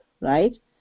right